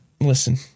Listen